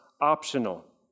optional